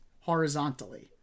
horizontally